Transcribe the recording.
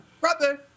Brother